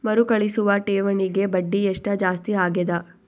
ಮರುಕಳಿಸುವ ಠೇವಣಿಗೆ ಬಡ್ಡಿ ಎಷ್ಟ ಜಾಸ್ತಿ ಆಗೆದ?